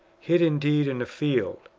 hid indeed in a field,